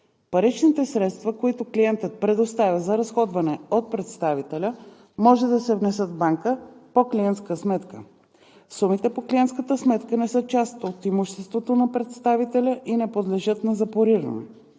Паричните средства, които клиентът предоставя за разходване от представителя, може да се внесат в банка по клиентска сметка. Сумите по клиентската сметка не са част от имуществото на представителя и не подлежат на запориране.